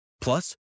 Plus